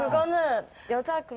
um the guitar